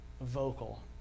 vocal